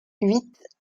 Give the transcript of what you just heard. huit